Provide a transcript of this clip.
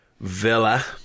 villa